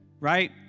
right